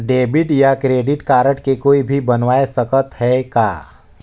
Debit या credit card के कोई भी बनवाय सकत है का?